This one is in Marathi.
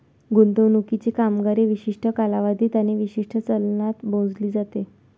गुंतवणुकीची कामगिरी विशिष्ट कालावधीत आणि विशिष्ट चलनात मोजली जाते